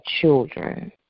children